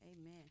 amen